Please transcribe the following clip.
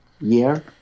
year